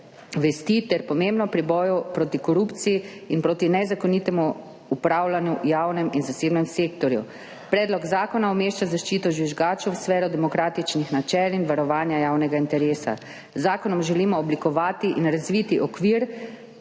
vesti ter pomembno pri boju proti korupciji in proti nezakonitemu upravljanju v javnem in zasebnem sektorju. Predlog zakona umešča zaščito žvižgačev v sfero demokratičnih načel in varovanja javnega interesa. Z zakonom želimo oblikovati in razviti okvir,